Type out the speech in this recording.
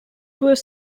was